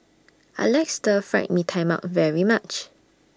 I like Stir Fried Mee Tai Mak very much